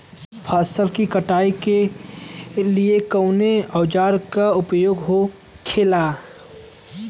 फसल की कटाई के लिए कवने औजार को उपयोग हो खेला?